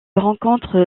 rencontre